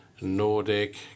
Nordic